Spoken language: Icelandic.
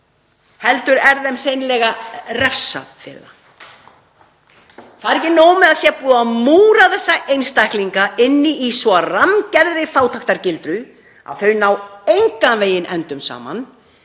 heldur sé hreinlega refsað fyrir það? Það er ekki nóg með að búið sé að múra þessa einstaklinga inni í svo rammgerðri fátæktargildru að þeir ná engan veginn endum saman